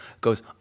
goes